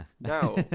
Now